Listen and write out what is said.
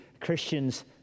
Christians